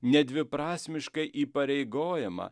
nedviprasmiškai įpareigojama